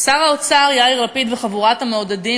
שר האוצר יאיר לפיד וחבורת המעודדים